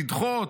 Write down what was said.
לדחות,